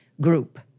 group